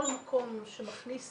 כל מקום שמכניס